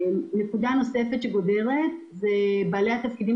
נקודה נוספת שגודרת זה בעלי התפקידים